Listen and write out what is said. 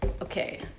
okay